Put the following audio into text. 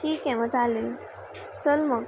ठीक आहे म चालेल चल मग